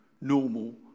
normal